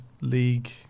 league